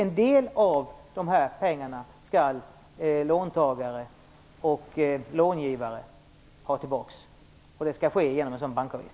En del av dessa pengar skall låntagare och långivare ha tillbaka och det skall de få genom en bankavgift.